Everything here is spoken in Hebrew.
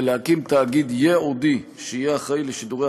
ולהקים תאגיד ייעודי שיהיה אחראי לשידורי